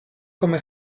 come